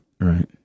Right